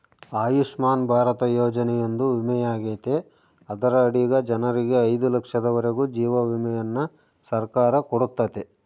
ಆಯುಷ್ಮನ್ ಭಾರತ ಯೋಜನೆಯೊಂದು ವಿಮೆಯಾಗೆತೆ ಅದರ ಅಡಿಗ ಜನರಿಗೆ ಐದು ಲಕ್ಷದವರೆಗೂ ಜೀವ ವಿಮೆಯನ್ನ ಸರ್ಕಾರ ಕೊಡುತ್ತತೆ